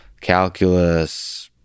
calculus